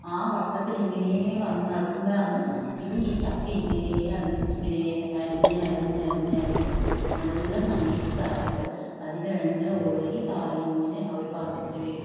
ആ വട്ടത്തിലിങ്ങനെ വന്നടക്കുമ്പൊഴാന്ന് ഇത് ഈ ചക്കയിങ്ങനേയതിന് ചി ഇങ്ങനേയരഞ്ഞരഞ്ഞരഞ്ഞരഞ്ഞു നല്ല നൈസായിട്ട് അതിനെണ്ണയൊഴുകി താഴെയിങ്ങനെ ആ ഒരു പാത്രത്തിൽ വീഴും